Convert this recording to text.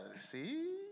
see